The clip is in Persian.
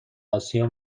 آسیا